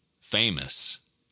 Famous